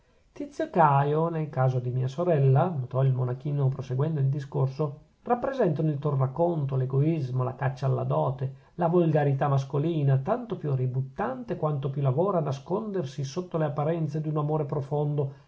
tizio e caio nel caso di mia sorella notò il monachino proseguendo il discorso rappresentano il tornaconto l'egoismo la caccia alla dote la volgarità mascolina tanto più ributtante quanto più lavora a nascondersi sotto le apparenze d'un amore profondo